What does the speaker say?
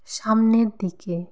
সামনের দিকে